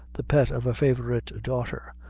the pet of a favorite daughter,